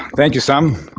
thank you, sam.